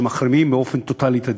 שמחרימים באופן טוטלי את הדיונים.